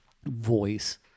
voice